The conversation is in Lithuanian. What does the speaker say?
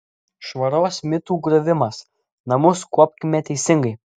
švaros mitų griovimas namus kuopkime teisingai